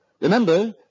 Remember